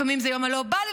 לפעמים זה היום הלא-בא לי,